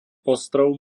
ostrov